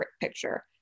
picture